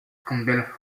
campbell